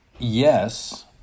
Yes